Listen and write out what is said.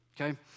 Okay